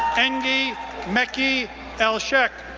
engi mekki elshiekh,